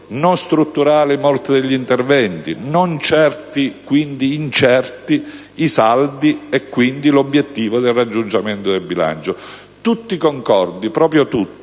non strutturali molti degli interventi, non certi - per cui incerti - i saldi e quindi l'obiettivo del raggiungimento del bilancio; tutti concordi, proprio tutti,